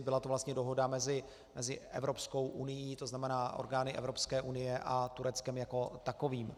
Byla to vlastně dohoda mezi Evropskou unií, to znamená orgány Evropské unie, a Tureckem jako takovým.